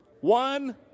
One